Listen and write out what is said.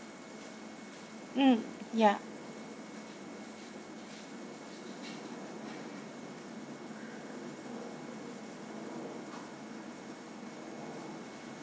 mm ya